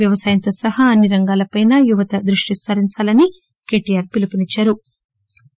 వ్యవసాయంతో సహా అన్ని రంగాలపైనా యువత దృష్షి సారించాలని ఆయన పిలుపునిచ్చారు